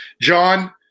John